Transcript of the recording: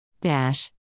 Dash